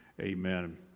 Amen